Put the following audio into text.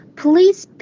,please